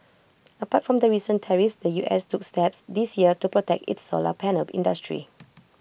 apart from the recent tariffs the U S took steps this year to protect its solar panel industry